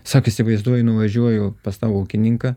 sak įsivaizduoji nuvažiuoju pas tą ūkininką